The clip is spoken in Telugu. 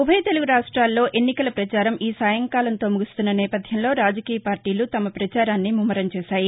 ఉభయ తెలుగు రాష్టాల్లో ఎన్నికల పచారం ఈ సాయంకాలంతో ముగుస్తున్న నేపధ్యంలో రాజకీయ పార్టీలు తమ పచారాన్ని ముమ్మరం చేశాయి